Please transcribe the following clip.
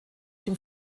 dem